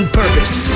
purpose